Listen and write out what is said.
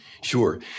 Sure